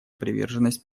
приверженность